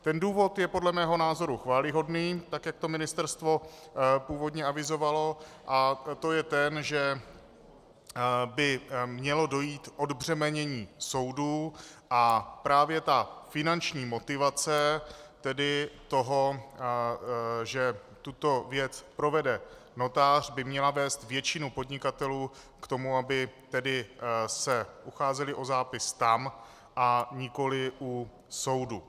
Ten důvod je podle mého názoru chvályhodný, tak jak to ministerstvo původně avizovalo, a to je ten, že by mělo dojít k odbřemenění soudů a právě ta finanční motivace toho, že tuto věc provede notář, by měla vést většinu podnikatelů k tomu, aby se ucházeli o zápis tam a nikoli u soudu.